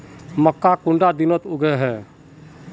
मक्का कुंडा दिनोत उगैहे?